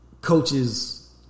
coaches